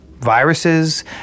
viruses